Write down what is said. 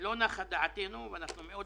סך כל הקרן יהיה 4 מיליארד שקל.